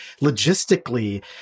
logistically